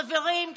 חברים,